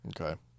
Okay